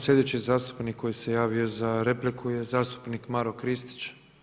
Slijedeći zastupnik koji se javio za repliku je zastupnik Maro Kristić.